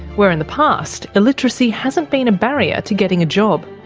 where in the past illiteracy hasn't been a barrier to getting a job.